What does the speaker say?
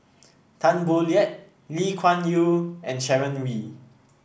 Tan Boo Liat Lee Kuan Yew and Sharon Wee